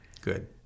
Good